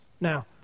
Now